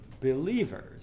believers